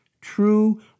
true